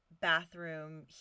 bathroom